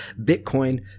Bitcoin